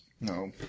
No